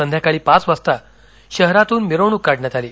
सायकाळी पाच वाजता शहरातून मिरवणूक काढण्यात आली